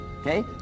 okay